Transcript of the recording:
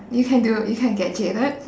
you can do you can get jaded